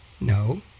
No